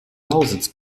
lausitz